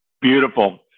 Beautiful